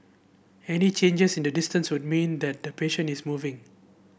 any changes in the distance would mean that the patient is moving